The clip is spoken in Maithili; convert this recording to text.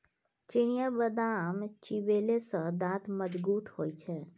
चिनियाबदाम चिबेले सँ दांत मजगूत होए छै